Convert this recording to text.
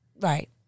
Right